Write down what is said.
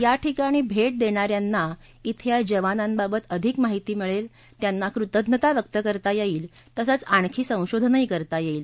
या ठिकाणी भेट देणा यांना श्रे या जवानांबाबत माहिती मिळेल त्यांना कृतज्ञता व्यक्त करता येईल तसंच आणखी संशोधनही करता येईल